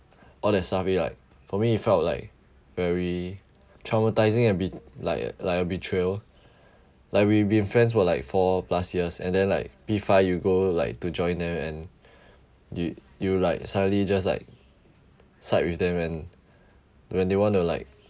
all that stuff really like for me it felt like very traumatising and be like like a betrayal like we've been friends for like four plus years and then like P five you go like to join them and you you like suddenly just like side with them and when they want to like